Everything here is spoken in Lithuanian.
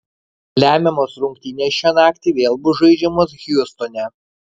lemiamos rungtynės šią naktį vėl bus žaidžiamos hjustone